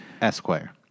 Esquire